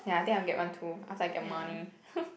ya I think I'll get one too after I get money